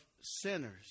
sinners